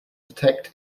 detect